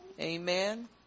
Amen